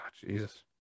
Jesus